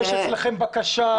יש אצלכם בקשה,